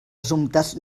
assumptes